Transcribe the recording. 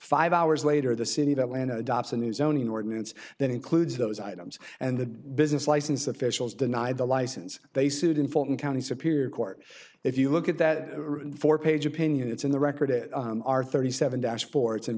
five hours later the city of atlanta dobson new zoning ordinance that includes those items and the business license officials deny the license they sued in fulton county superior court if you look at that four page opinion it's in the record it are thirty seven dashboard